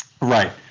Right